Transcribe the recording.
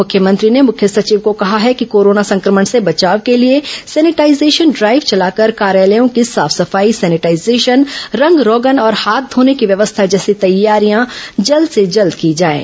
मुख्यमंत्री ने मुख्य सचिव को कहा है कि कोरोना संक्रमण से बचाव के लिए सेनेटाइजेशन ड्राइव चलाकर कार्यालयों की साफ सफाई सेनेटाइजेशन रंग रोगन और हाथ धोने की व्यवस्था जैसी तैयारियां जल्द से जल्द की जाएं